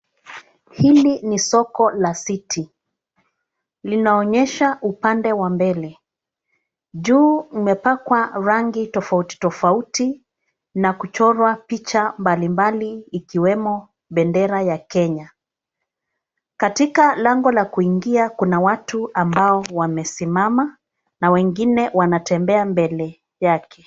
Hili ni soko la City . Linaonyesha upande wa mbele. Juu mmepakwa rangi tofauti tofauti na kuchorwa picha mbali mbali ikiwemo bendera ya Kenya. Katika lango la kuingia kuna watu ambao wamesimama na wengine wanatembea mbele yake.